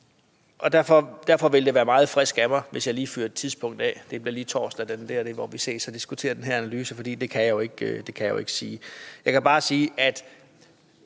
Derfor ville det være meget frisk af mig, hvis jeg lige fyrede et tidspunkt af, at det f.eks. lige kunne blive på torsdag, hvor vi kunne ses og diskutere den her analyse, men det kan jeg jo ikke sige. Jeg kan bare sige, at